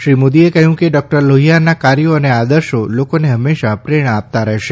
શ્રી મોદીએ કહ્યું કે ડોક્ટર લોહીયાના કાર્યો અને આદર્શો લોકોને હંમેશા પ્રેરણા આપતા રહેશે